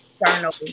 external